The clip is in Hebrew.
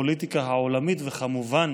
לפוליטיקה העולמית וכמובן